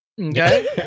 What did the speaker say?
Okay